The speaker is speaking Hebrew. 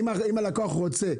לא, אם הלקוח רוצה.